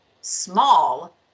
small